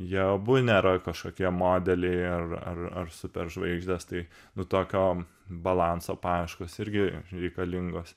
jie abu nėra kažkokie modeliai ar ar ar superžvaigždės tai nu tokio balanso paieškos irgi reikalingos